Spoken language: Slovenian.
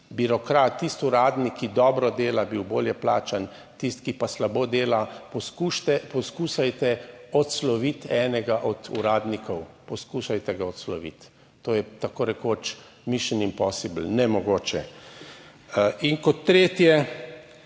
birokrat, tisti uradnik, ki dobro dela, bil bolje plačan, tisti, ki pa slabo dela, poskušajte odsloviti enega od uradnikov, poskušajte ga odsloviti. To je tako rekoč Mission Impossible, nemogoče. In kot tretje,